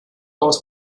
aus